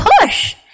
push